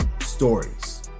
stories